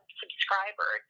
subscriber